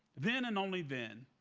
then, and only then,